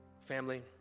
Family